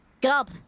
gob